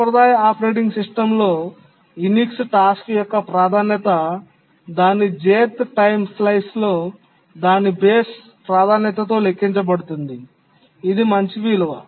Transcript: సాంప్రదాయ ఆపరేటింగ్ సిస్టమ్లో Unix task యొక్క ప్రాధాన్యత దాని jth టైమ్ స్లైస్లో దాని బేస్ ప్రాధాన్యతతో లెక్కించబడుతుంది ఇది మంచి విలువ